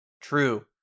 True